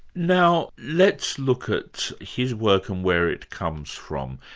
now let's look at his work and where it comes from.